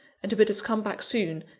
and to bid us come back soon,